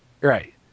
Right